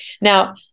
Now